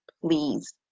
please